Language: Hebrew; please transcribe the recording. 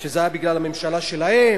שזה היה בגלל הממשלה שלהם.